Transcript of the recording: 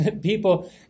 people